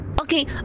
Okay